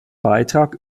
beitrag